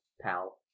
Pal